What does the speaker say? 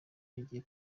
bagiye